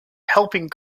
helping